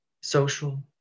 social